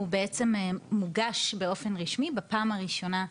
הוא בעצם מוגש באופן רשמי בפעם הראשונה.